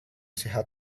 sehat